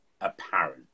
apparent